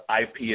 IP